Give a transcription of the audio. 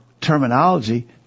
terminology